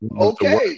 Okay